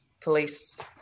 police